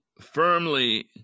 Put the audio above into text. firmly